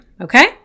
okay